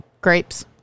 Grapes